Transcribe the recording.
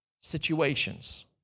situations